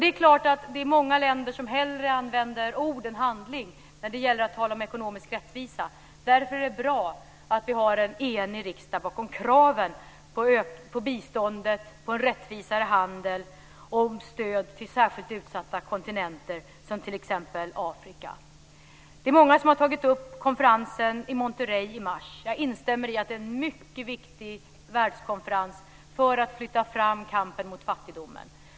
Det är klart att det är många länder som hellre använder ord än handling när det gäller att tala om ekonomisk rättvisa. Därför är det bra att vi har en enig riksdag bakom kraven på biståndet, på en rättvisare handel och om stöd till särskilt utsatta kontinenter, t.ex. Afrika. Det är många som har tagit upp konferensen i Monterrey i mars. Jag instämmer i att det är en mycket viktig världskonferens för att flytta fram kampen mot fattigdomen.